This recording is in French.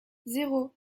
zéro